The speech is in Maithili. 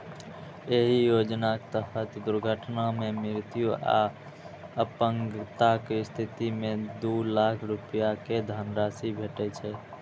एहि योजनाक तहत दुर्घटना मे मृत्यु आ अपंगताक स्थिति मे दू लाख रुपैया के धनराशि भेटै छै